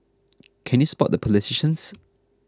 can you spot the politicians